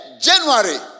January